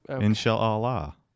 inshallah